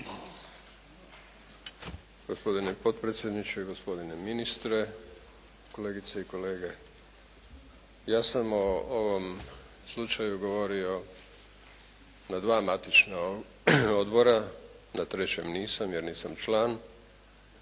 Gospodine potpredsjedniče, gospodine ministre, kolegice i kolege. Ja sam o ovom slučaju govorio na dva matična odbora, na trećem nisam jer nisam član.